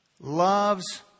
loves